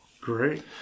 Great